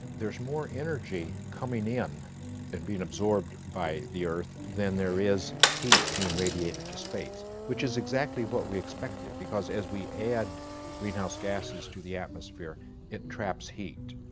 there's more energy coming in and being absorbed by the earth than there is heat being radiated to space, which is exactly what we expected because as we add greenhouse gases to the atmosphere, it traps heat.